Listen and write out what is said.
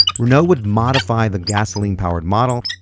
renault would modify the gasoline-powered model,